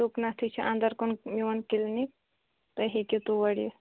تُکنَتھٕے چھِ انٛدر کُن یِوان کِلٕنِک تُہۍ ہیٚکِو توٗرۍ یِتھ